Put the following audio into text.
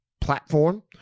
platform